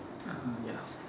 uh ya